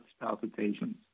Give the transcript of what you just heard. palpitations